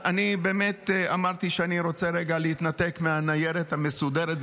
אני באמת אמרתי שאני רוצה רגע להתנתק מהניירת המסודרת,